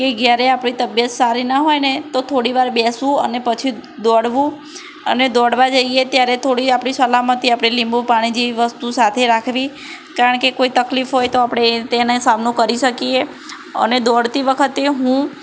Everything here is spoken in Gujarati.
કે જ્યારે આપણી તબિયત સારી ના હોય ને તો થોડીવાર બેસવું અને પછી દોડવું અને દોડવા જઈએ ત્યારે થોળી આપણી સલામતી આપણે લીંબુ પાણી જેવી વસ્તુ સાથે રાખવી કારણ કે કોઈ તકલીફ હોય તો આપણે એ રીતે એને સામનો કરી શકીએ અને દોડતી વખતે હું